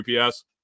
UPS